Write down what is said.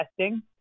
testing